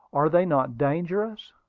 are they not dangerous?